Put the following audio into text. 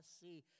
see